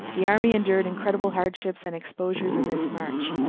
the army endured incredible hardships and exposures in this march.